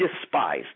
despise